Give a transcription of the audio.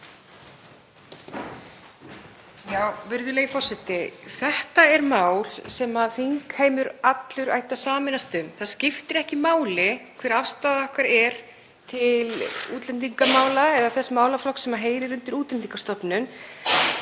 Virðulegi forseti. Þetta er mál sem þingheimur allur ætti að sameinast um. Það skiptir ekki máli hver afstaða okkar er til útlendingamála eða þess málaflokks sem heyrir undir Útlendingastofnun